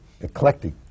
eclectic